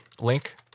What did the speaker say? Link